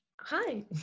hi